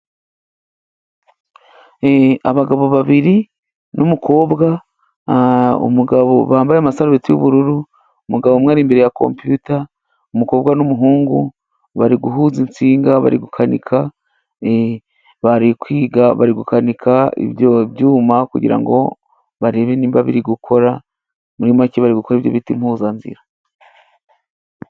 Abagabo babiri n'umukobwa, bambaye amasarureti y'ubururu umugabo umwe ari imbere ya compiyuta, umukobwa n'umuhungu bari guhuza insinga bari gukanika bari kwiga bari gukanika ibyo byuma, kugira ngo barebe niba biri gukora muri make bari gukora ibyo biti mpuzanzirara.